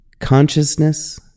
consciousness